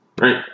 right